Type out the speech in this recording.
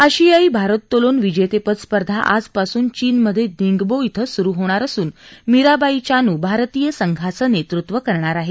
आशियाई भारोत्तोलन विजेतेपद स्पर्धा आजपासून चीनमधे निंगबो ॐ सुरु होणार असून मीराबाई चानू भारतीय संघाचं नेतृत्व करणार आहे